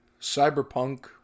Cyberpunk